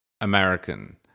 American